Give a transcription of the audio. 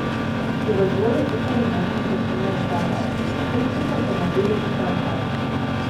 įvažiuoju į tolimesnį daržinės galą užkišu automobilį į kampą